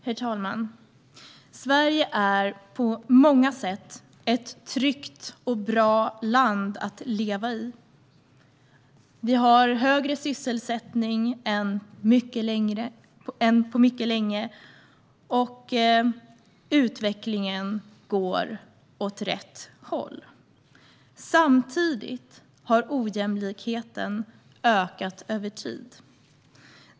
Herr talman! Sverige är på många sätt ett tryggt och bra land att leva i. Vi har högre sysselsättning än på mycket länge, och utvecklingen går åt rätt håll. Samtidigt har ojämlikheten ökat över tid.